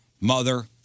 Mother